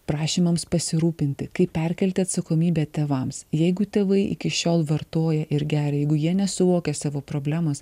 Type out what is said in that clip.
prašymams pasirūpinti kaip perkelti atsakomybę tėvams jeigu tėvai iki šiol vartoja ir geria jeigu jie nesuvokia savo problemos